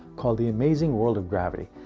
called the amazing world of gravity.